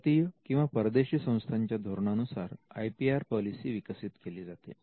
भारतीय किंवा परदेशी संस्थांच्या धोरणानुसार आय पी आर पॉलिसी विकसित केली जाते